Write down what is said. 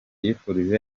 yifurije